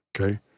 okay